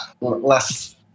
less